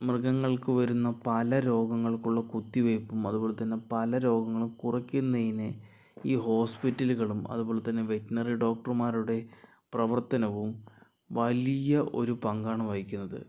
മൃഗങ്ങൾക്ക് വരുന്ന പല രോഗങ്ങൾക്കുള്ള കുത്തിവെയ്പ്പും അതുപോലെതന്നെ പല രോഗങ്ങളും കുറയ്ക്കുന്നതിന് ഈ ഹോസ്പിറ്റലുകളും അതുപോലെ തന്നെ വെറ്റിനറി ഡോക്ടർമാരുടെ പ്രവർത്തനവും വലിയ ഒരു പങ്കാണ് വഹിക്കുന്നത്